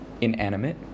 inanimate